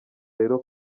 rero